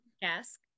desk